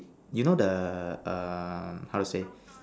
you know the a how say